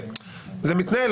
זה מתנהל,